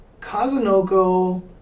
Kazunoko